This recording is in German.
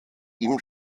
ihm